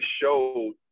showed